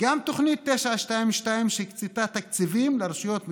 גם תוכנית 922, שהקצתה תקציבים לרשויות מקומיות,